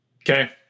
Okay